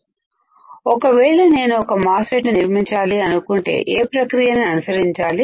అందువలనఒకవేళ నేను ఒక మాస్ ఫెట్ని నిర్మించాలి అనుకుంటే ఏ ప్రక్రియని అనుసరించాలి